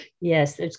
Yes